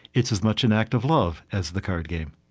it's as much an act of love as the card game